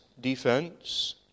defense